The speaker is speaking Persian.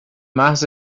محض